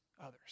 others